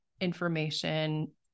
information